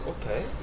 okay